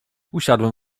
usiadłem